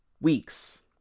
weeks